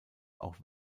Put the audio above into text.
auch